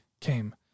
came